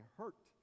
hurt